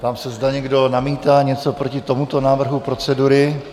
Ptám se, zda někdo namítá něco proti tomuto návrhu procedury?